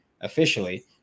officially